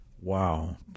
Wow